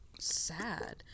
Sad